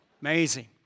Amazing